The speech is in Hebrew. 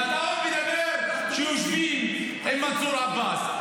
ואתה עוד מדבר על זה שיושבים עם מנסור עבאס.